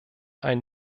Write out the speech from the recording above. ein